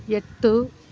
எட்டு